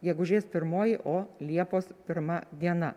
gegužės pirmoji o liepos pirma diena